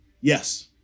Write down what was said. Yes